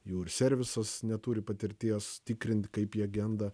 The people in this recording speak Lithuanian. jų ir servisas neturi patirties tikrint kaip jie genda